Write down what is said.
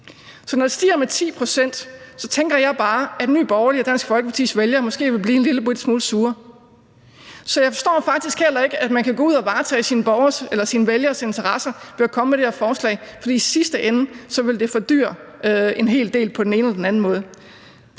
Så når det stiger med 10 pct., tænker jeg bare, at Nye Borgerlige og Dansk Folkepartis vælgere måske vil blive lillebitte smule sure. Så jeg forstår faktisk heller ikke, at man kan gå ud og varetage sine vælgeres interesser ved at komme med det her forslag, for i sidste ende vil det fordyre kødet en hel del på den ene eller den anden måde.